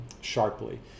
sharply